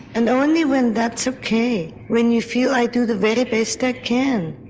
and only when that's ok, when you feel i do the very best i can,